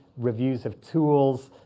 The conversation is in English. reviews of tools,